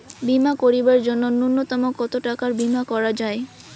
বীমা করিবার জন্য নূন্যতম কতো টাকার বীমা করা যায়?